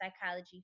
psychology